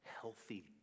healthy